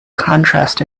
contrast